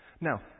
Now